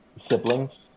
siblings